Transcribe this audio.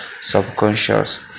subconscious